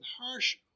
harsh